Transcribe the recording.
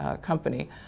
company